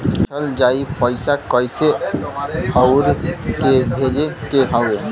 पूछल जाई पइसा कैसे अउर के के भेजे के हौ